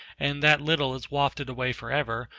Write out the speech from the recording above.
and that little is wafted away forever,